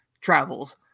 travels